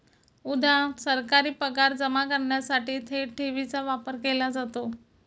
उदा.सरकारी पगार जमा करण्यासाठी थेट ठेवीचा वापर केला जातो